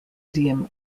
idiom